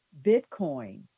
Bitcoin